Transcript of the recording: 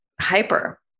hyper